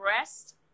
rest